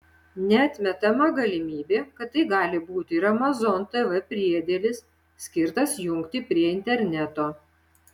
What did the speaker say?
neatmetama galimybė kad tai gali būti ir amazon tv priedėlis skirtas jungti prie interneto